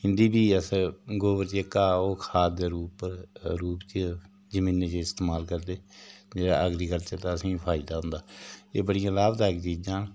इं'दी बी अस गोबर जेह्का ओह् खाद दे रूप च रूप च जमीनै च इस्तमाल करदे जेह्ड़ा ऐग्रीकल्चर दा असेंगी फायदा होंदा एह् बड़ियां लाभदायक चीज़ां न